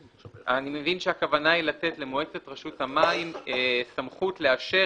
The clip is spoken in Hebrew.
אני מבין שהכוונה היא לתת למועצת רשות המים סמכות לאשר,